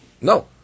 No